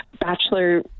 bachelor